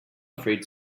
afraid